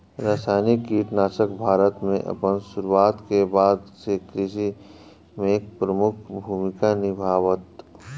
रासायनिक कीटनाशक भारत में अपन शुरुआत के बाद से कृषि में एक प्रमुख भूमिका निभावता